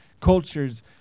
cultures